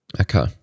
okay